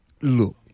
Look